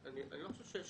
אני לא חושב שיש